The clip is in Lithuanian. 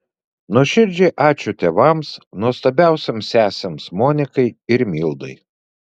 nuoširdžiai ačiū tėvams nuostabiausioms sesėms monikai ir mildai